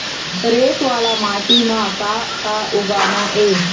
रेत वाला माटी म का का उगाना ये?